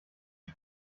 die